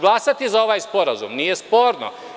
Glasaću za ovaj sporazum, nije sporno.